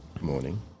Morning